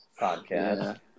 podcast